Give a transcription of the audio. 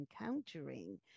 encountering